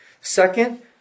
Second